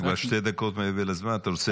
מילה אחת, מילה אחת.